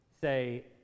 say